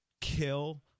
kill